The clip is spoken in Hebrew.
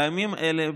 בימים אלה,